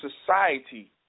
society